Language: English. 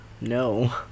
no